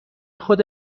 خود